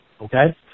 okay